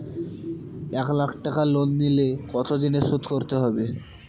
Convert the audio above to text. এক লাখ টাকা লোন নিলে কতদিনে শোধ করতে হবে?